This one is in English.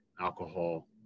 alcohol